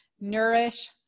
nourish